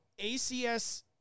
ACS